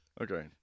Okay